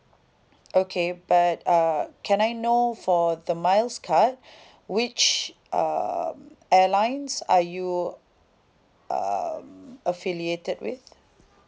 okay but uh can I know for the miles card which uh airlines are you um affiliated with